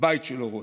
הבית שלו רועד.